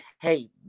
hey